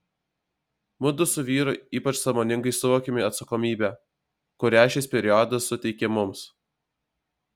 mudu su vyru ypač sąmoningai suvokėme atsakomybę kurią šis periodas suteikė mums